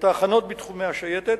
את ההכנות בתחומי השייטת,